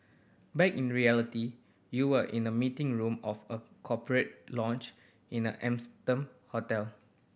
back in reality you are in the meeting room of a corporate lounge in an hotel